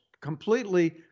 completely